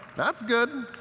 that's good.